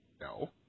no